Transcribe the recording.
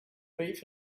beef